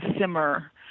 simmer